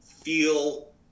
feel